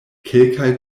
kelkaj